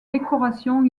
décorations